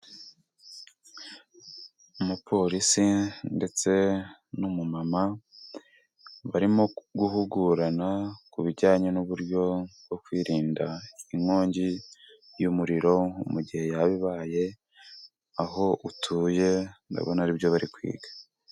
Umupolisi ndetse n'umumama barimo guhugurana ku bijyanye n'uburyo bwo kwirinda inkongi y'umuriro mu gihe yaba ibaye aho utuye. Ndabona ari byo bari kwiga.